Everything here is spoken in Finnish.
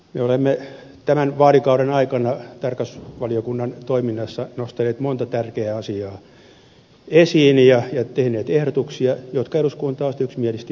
me olemme tämän vaalikauden aikana tarkastusvaliokunnan toiminnassa nostaneet monta tärkeää asiaa esiin ja tehneet ehdotuksia jotka eduskunta on sitten yksimielisesti hyväksynyt